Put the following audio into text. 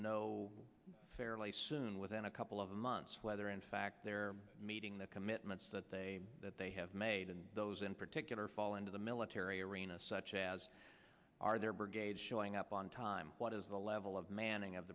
know fairly soon within a couple of months whether in fact they're meeting the commitments that they that they have made and those in particular fall into the military arena such as are their brigades showing up on time what is the level of manning of